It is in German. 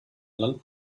land